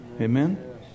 Amen